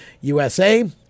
USA